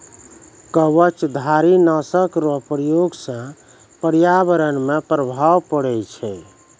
कवचधारी नाशक रो प्रयोग से प्रर्यावरण मे प्रभाव पड़ै छै